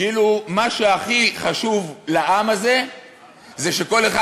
כאילו מה שהכי חשוב לעם הזה זה שכל אחד